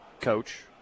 coach